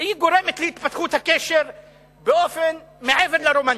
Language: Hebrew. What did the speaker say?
היא גורמת להתפתחות הקשר מעבר לרומנטי.